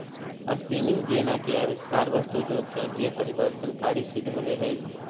spinning jenny के आविष्कार वस्त्र उद्योग के लिए परिवर्तनकारी सिद्ध होले हई